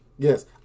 Yes